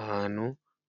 Ahantu